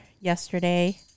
yesterday